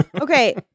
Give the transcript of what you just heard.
okay